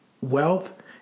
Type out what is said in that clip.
wealth